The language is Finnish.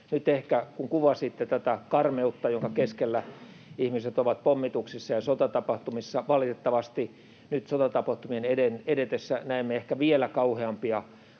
auttaa. Kun kuvasitte tätä karmeutta, jonka keskellä ihmiset ovat pommituksissa ja sotatapahtumissa — valitettavasti nyt sotatapahtumien edetessä näemme ehkä vielä kauheampia